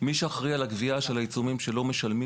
מי שאחראי על הגבייה של העיצומים שלא משלמים